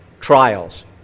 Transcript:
trials